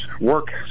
work